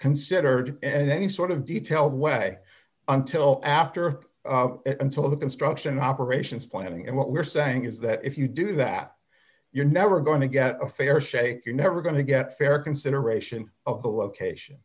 considered in any sort of detailed way until after it until the construction operations planning and what we're saying is that if you do that you're never going to get a fair shake you're never going to get fair consideration of the location